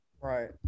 Right